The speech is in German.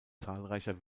zahlreicher